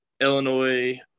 Illinois